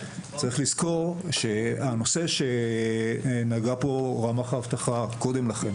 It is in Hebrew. צריך לזכור שהנושא שנגע בו רמ"ח האבטחה קודם לכן,